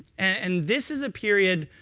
and this is a period,